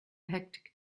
hectic